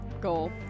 goal